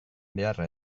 beharra